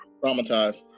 traumatized